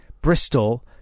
bristol